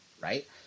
right